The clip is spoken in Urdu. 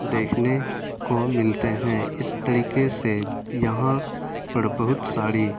دیکھنے کو ملتے ہیں اس طریقے سے یہاں پر بہت ساری